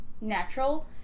natural